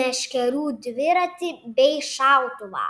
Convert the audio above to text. meškerių dviratį bei šautuvą